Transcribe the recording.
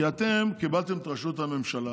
כי אתם קיבלתם את ראשות הממשלה,